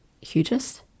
hugest